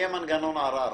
יהיה מנגנון ערר.